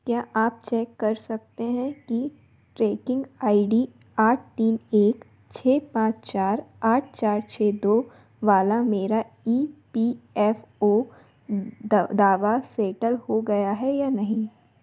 क्या आप चेक कर सकते हैं कि ट्रैकिंग आई डी आठ तीन एक छः पाँच चार आठ चार छः दो वाला मेरा ई पी एफ़ ओ दावा सेटल हो गया है या नहीं